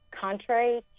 contrary